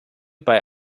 bei